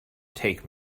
take